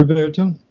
roberto